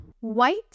White